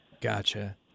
Gotcha